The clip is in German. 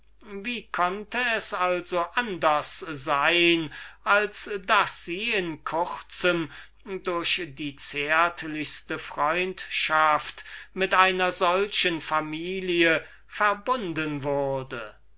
wie konnte es also anders sein als daß sie in kurzem durch die zärtlichste freundschaft mit dieser liebenswürdigen familie verbunden werden